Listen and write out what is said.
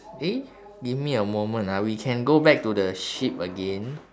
eh give me a moment ah we can go back to the sheep again